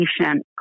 patient